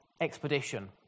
expedition